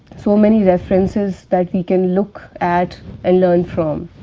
so many references that we can look at and learn from.